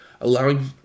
allowing